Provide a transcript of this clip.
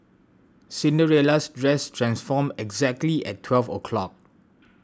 Cinderella's dress transformed exactly at twelve o'clock